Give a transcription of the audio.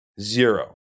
zero